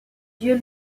dieu